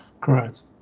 Correct